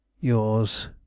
Yours